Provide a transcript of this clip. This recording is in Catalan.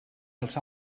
els